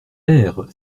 ère